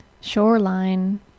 shoreline